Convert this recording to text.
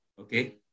okay